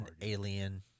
alien